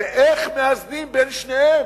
ואיך מאזנים בין שתיהן.